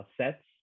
sets